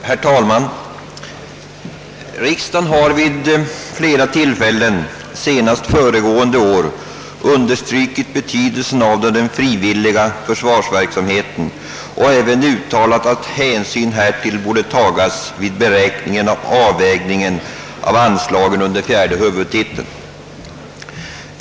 Herr talman! »Riksdagen har vid flera tillfällen — senast föregående år — understrukit betydelsen av den frivilliga försvarsverksamheten och även uttalat att hänsyn till denna verksamhets betydelse borde tagas vid beräkningen och avvägningen av anslagen under fjärde huvudtiteln.